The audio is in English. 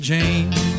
James